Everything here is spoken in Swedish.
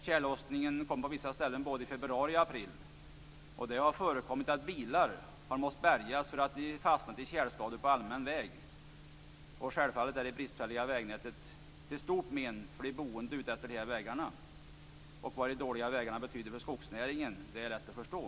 Tjällossningen kom på vissa ställen både i februari och i april. Och det har förekommit att bilar har måst bärgas för att de fastnat i tjälskador på allmän väg. Självfallet är det bristfälliga vägnätet till stort men för de boende utefter dessa vägar. Och vad de dåliga vägarna betyder för skogsnäringen är lätt att förstå.